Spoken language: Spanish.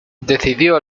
decidió